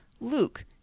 Luke